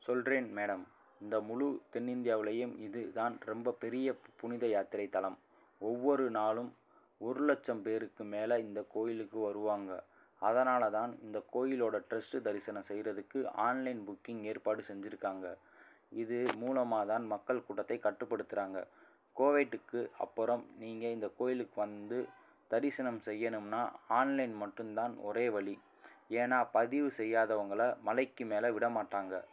சொல்கிறேன் மேடம் இந்த முழு தென்னிந்தியாவிலையும் இது தான் ரொம்ப பெரிய புனித யாத்திரை தலம் ஒவ்வொரு நாளும் ஒரு லட்சம் பேருக்கு மேலே இந்த கோவிலுக்கு வருவாங்க அதனால் தான் இந்த கோயிலோட ட்ரஸ்ட் தரிசனம் செய்கிறதுக்கு ஆன்லைன் புக்கிங் ஏற்பாடு செஞ்சுருக்காங்க இது மூலமாக தான் மக்கள் கூட்டத்தை கட்டுப்படுத்துகிறாங்க கோவிட்டுக்கு அப்புறம் நீங்கள் இந்த கோவிலுக்கு வந்து தரிசனம் செய்யணும்னா ஆன்லைன் மட்டும்தான் ஒரே வழி ஏனால் பதிவு செய்யாதவங்களை மலைக்கு மேலே விட மாட்டாங்க